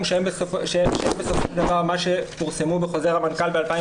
שהן בסופו של דבר מה שפורסמו בחוזר המנכ"ל ב-2017.